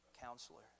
Counselor